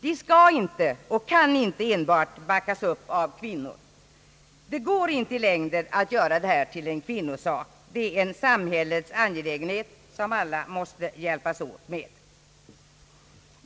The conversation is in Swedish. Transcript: Vi kan inte och skall inte enbart backas upp av kvinnor. Det går inte i längden att göra denna fråga till en kvinnosak. Det är en samhällets angelägenhet, som vi alla måste hjälpas åt med.